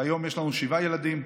והיום יש לנו שבעה ילדים,